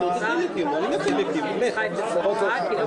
ובזאת היא גם